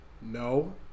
No